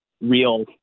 real